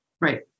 Right